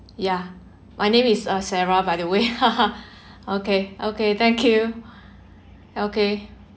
yeah my name is uh sarah by the way okay okay thank you okay